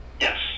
yes